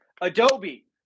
Adobe